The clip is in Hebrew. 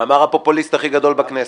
-- אמר הפופוליסט הכי גדול בכנסת.